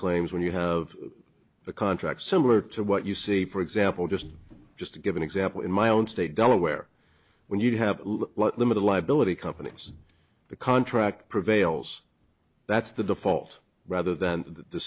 claims when you have a contract similar to what you see for example just just to give an example in my own state delaware when you have limited liability companies the contract prevails that's the default rather than the